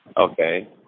Okay